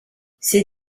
ces